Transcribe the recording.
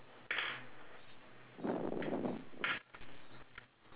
okay then how do we call the person do we just call the person